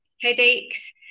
headaches